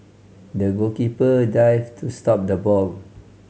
the goalkeeper dived to stop the ball